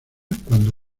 cuando